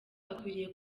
bakwiriye